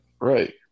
right